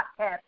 podcast